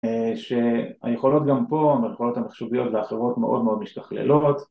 שהיכולות גם פה הן היכולות המחשוביות והחברות מאוד מאוד משתכללות